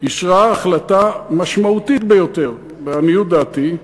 אישרה החלטה משמעותית ביותר, לעניות דעתי,